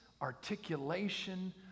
articulation